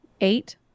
eight